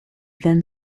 then